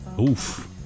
oof